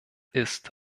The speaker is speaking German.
ist